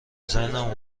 ذهنم